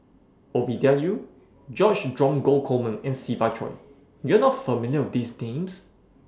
Ovidia Yu George Dromgold Coleman and Siva Choy YOU Are not familiar with These Names